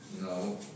No